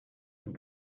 nous